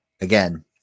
again